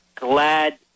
Glad